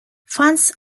funds